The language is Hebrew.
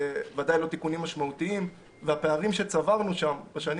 בוודאי לא תיקונים משמעותיים והפערים שצברנו שם בשנים